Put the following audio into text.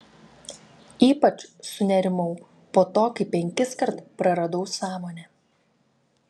ypač sunerimau po to kai penkiskart praradau sąmonę